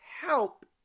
help